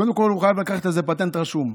קודם כול, הוא חייב לקחת על זה פטנט רשום.